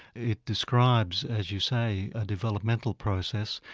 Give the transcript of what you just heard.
it describes, as you say, a developmental process,